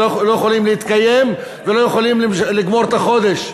שלא יכולות להתקיים ולא יכולות לגמור את החודש.